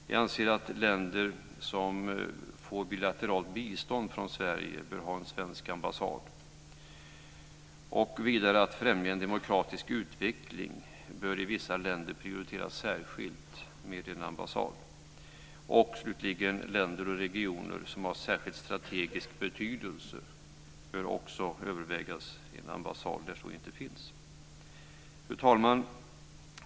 · De länder som får bilateralt bistånd från Sverige bör ha en svensk ambassad. · Att främja en demokratisk utveckling bör i vissa länder prioriteras särskilt med en ambassad. · I länder och regioner som har särskild strategisk betydelse bör också övervägas en ambassad där sådan inte finns. Fru talman!